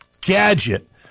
gadget